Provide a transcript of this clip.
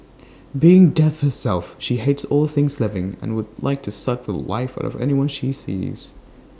being death herself she hates all things living and would like to suck The Life out of anyone she sees